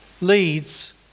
leads